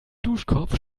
duschkopf